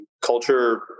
culture